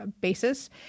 basis